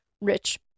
Rich